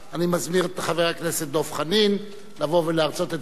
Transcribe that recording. אני מזמין את חבר הכנסת דב חנין לבוא ולהרצות את דבריו.